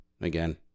again